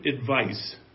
advice